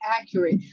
accurate